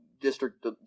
District